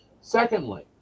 Secondly